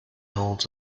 holds